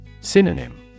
Synonym